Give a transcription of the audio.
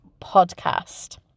podcast